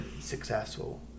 successful